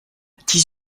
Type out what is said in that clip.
dix